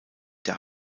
der